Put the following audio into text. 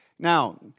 Now